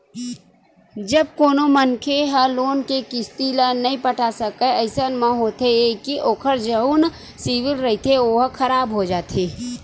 जब कोनो मनखे ह लोन के किस्ती ल नइ पटा सकय अइसन म होथे ये के ओखर जउन सिविल रिहिथे ओहा खराब हो जाथे